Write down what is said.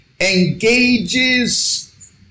engages